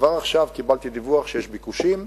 כבר עכשיו קיבלתי דיווח שיש ביקושים,